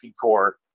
core